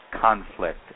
conflict